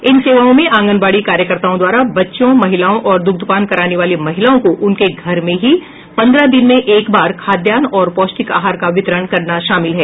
इन सेवाओं में आंगनवाड़ी कार्यकर्ताओं द्वारा बच्चों महिलाओं और दुग्धपान कराने वाली महिलाओं को उनके घर में ही पन्द्रह दिन में एक बार खाद्यान्न और पौष्टिक आहार का वितरण करना शामिल है